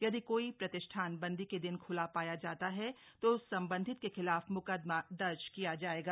यदि कोई प्रतिष्ठान बंदी के दिन खुला पाया जाता हैतो संबंधित के खिलाफ मुकदमा दर्ज किया जाएगा